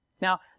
Now